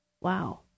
Wow